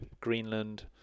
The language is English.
Greenland